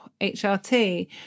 HRT